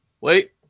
Wait